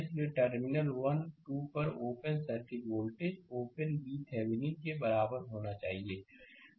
इसलिए टर्मिनल 1 2 पर open circuit voltage open VThevenin के बराबर होना चाहिए